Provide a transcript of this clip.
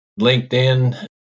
LinkedIn